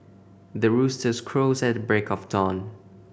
the roosters crows at the break of dawn